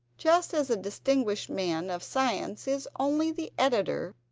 just as a distinguished man of science is only the editor,